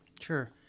sure